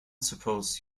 suppose